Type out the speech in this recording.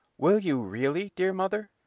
will you really, dear mother?